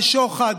על שוחד,